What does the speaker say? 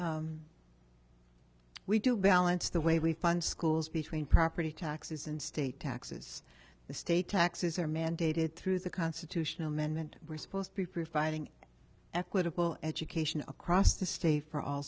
u we do balance the way we fund schools between property taxes and state taxes estate taxes are mandated through the constitutional amendment we're supposed to be providing equitable education across the stay for all